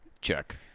check